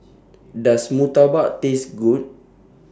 Does Murtabak Taste Good